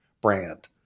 brand